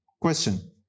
Question